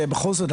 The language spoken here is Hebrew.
שבכל זאת,